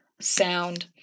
sound